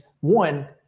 one